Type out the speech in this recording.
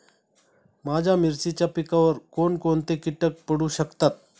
माझ्या मिरचीच्या पिकावर कोण कोणते कीटक पडू शकतात?